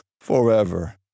forever